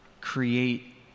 create